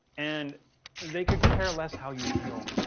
and they could care less how you feel.